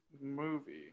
movie